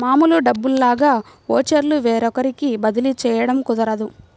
మామూలు డబ్బుల్లాగా ఓచర్లు వేరొకరికి బదిలీ చేయడం కుదరదు